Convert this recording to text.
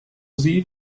sie